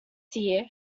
dear